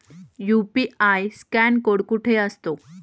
UPI scan code कुठे असतो?